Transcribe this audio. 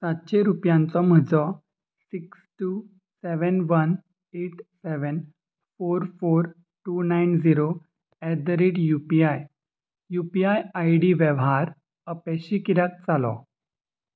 सातशें रुपयांचो म्हजो six two seven one eight seven four four two nine zero at the rate U P I U P I I D वेव्हार अपेशी कित्याक जालो